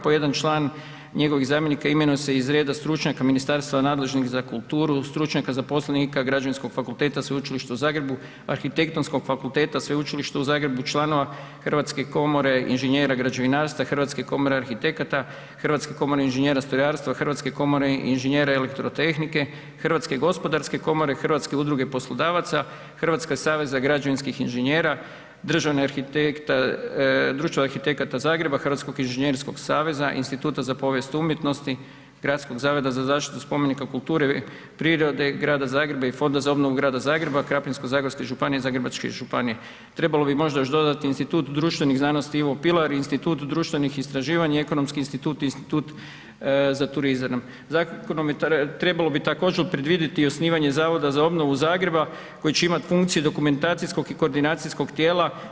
Po jedan član njegovih zamjenika imenuje se iz reda stručnjaka ministarstva nadležnih za kulturu, stručnjaka zaposlenika Građevinskog fakulteta Sveučilišta u Zagrebu, Arhitektonskog fakulteta Sveučilišta u Zagrebu, članova Hrvatske komore inženjera građevinarstva, Hrvatska komore arhitekata, Hrvatske komore inženjera stroja, Hrvatske komore inženjera strojarstva, Hrvatske komore inženjere elektrotehnike, HGK, HUP-a, Hrvatskog saveza građevinskih inženjera, Društva arhitekata Zagreb, Hrvatskog inženjerskog saveza, Instituta za povijest umjetnosti, Gradskog zavoda za zaštitu spomenika kulture, prirode, Grada Zagreba i Fonda za obnovu Grada Zagreba, Krapinsko-zagorske županije, Zagrebačke županije, trebalo bi možda još dodati Institut društvenih znanosti Ivo Pilar, Institut društvenih istraživanja, Ekonomski institut i Institut za turizam.“ Zakonom bi trebalo također predvidjeti osnivanje zavoda za obnovu Zagreba koji će imati funkciju dokumentacijsko i koordinacijskog tijela.